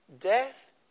Death